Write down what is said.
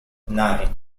nine